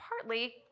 partly